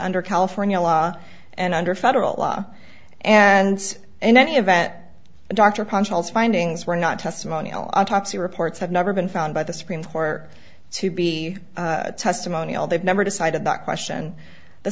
under california law and under federal law and in any event dr ponchos findings were not testimonial autopsy reports have never been found by the supreme court to be testimonial they've never decided that question the